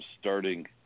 starting